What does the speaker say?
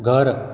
घर